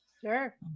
Sure